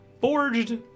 forged